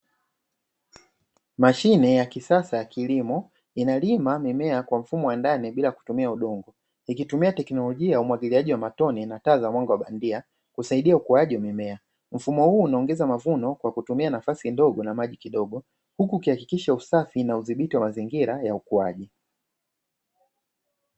Mashine ya kisasa ya kilimo inalima mimea kwa mfumo wa ndani bila kutumia udongo, ikitumia teknolojia ya umwagiliaji wa matone na taa za mwanga wa bandia, kusaidia ukuaji wa mimea. Mfumo huu unaongeza mavuno kwa kutumia nafasi ndogo na maji kidogo, huku ukihakikisha usafi na udhibiti wa mazingira ya ukuaji.